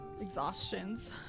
exhaustions